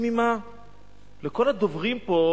תמימה לכל הדוברים פה,